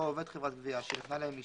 עובד חברת גבייה שהיא נתנה להם אישור,